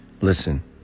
Listen